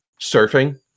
surfing